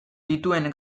dituen